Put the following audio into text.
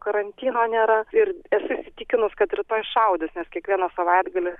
karantino nėra ir esu įsitikinus kad rytoj šudys nes kiekvieną savaitgalį